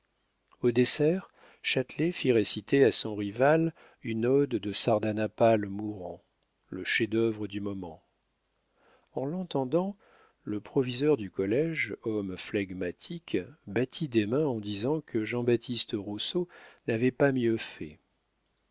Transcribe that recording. au dessert châtelet fit réciter à son rival une ode de sardanapale mourant le chef-d'œuvre du moment en l'entendant le proviseur du collége homme flegmatique battit des mains en disant que jean-baptiste rousseau n'avait pas mieux fait